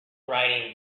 writing